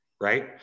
right